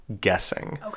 guessing